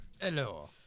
Hello